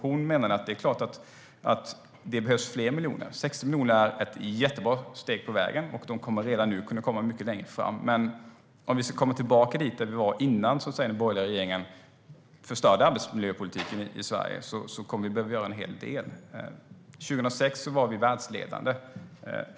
Hon menade att det är klart att det behövs fler miljoner. 60 miljoner är ett jättebra steg på vägen, och de kommer redan nu att föra oss mycket längre fram. Men om vi ska komma tillbaka dit där vi var innan den borgerliga regeringen förstörde arbetsmiljöpolitiken i Sverige kommer vi att behöva göra en hel del. År 2006 var vi världsledande.